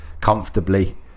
comfortably